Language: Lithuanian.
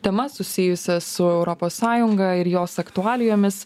temas susijusias su europos sąjunga ir jos aktualijomis